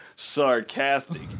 sarcastic